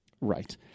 right